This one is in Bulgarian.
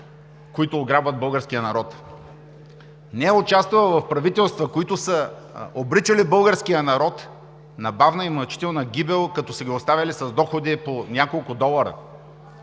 които ограбват българския народ. Не е участвала в правителства, които са обричали българския народ на бавна и мъчителна гибел, като са го оставяли с доходи от по няколко долара.